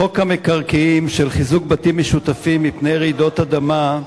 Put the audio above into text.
חוק המקרקעין (חיזוק בתים משותפים מפני רעידות אדמה)